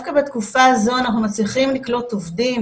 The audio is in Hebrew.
דווקא בתקופה הזו אנחנו מצליחים לקלוט עובדים,